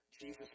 Jesus